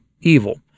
evil